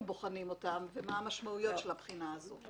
בוחנים אותם ומה המשמעויות של הבחינה הזו.